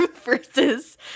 versus